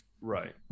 right